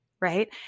right